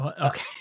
Okay